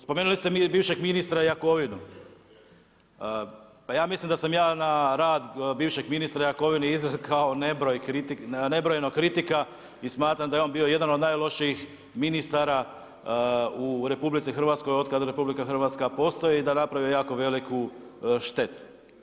Spomenuli ste bivšeg ministra Jakovinu, pa ja mislim da sam na rad bivšeg ministra Jakovine izrekao nebrojeno kritika i smatram da je on bio jedan od najlošijih ministara u RH od kada RH postoji i da je napravio jako veliku štetu.